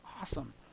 awesome